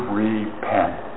repent